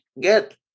get